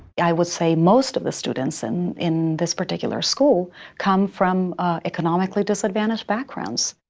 yeah i would say most of the students and in this particular school come from economically disadvantaged backgrounds.